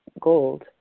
gold